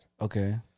okay